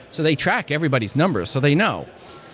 so they track everybody's number, so they know.